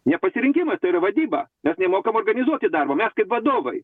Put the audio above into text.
ne pasirinkimas tai yra vadyba mes nemokam organizuoti darbo mes kaip vadovai